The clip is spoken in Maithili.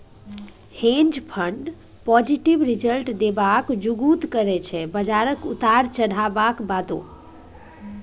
हेंज फंड पॉजिटिव रिजल्ट देबाक जुगुत करय छै बजारक उतार चढ़ाबक बादो